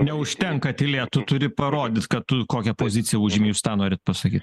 neužtenka tylėt tu turi parodyt kad tu kokią poziciją užimi jūs tą norit pasakyt